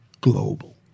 global